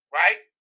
right